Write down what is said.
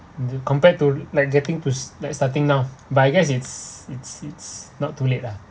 the compared to like getting to like starting now but I guess it's it's it's not too late lah